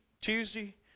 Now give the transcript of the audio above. Tuesday